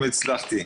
הצלחתי.